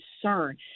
concern